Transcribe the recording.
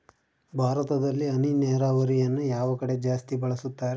ಭಾರತದಲ್ಲಿ ಹನಿ ನೇರಾವರಿಯನ್ನು ಯಾವ ಕಡೆ ಜಾಸ್ತಿ ಬಳಸುತ್ತಾರೆ?